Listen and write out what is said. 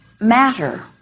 matter